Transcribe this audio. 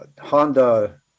Honda